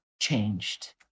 changed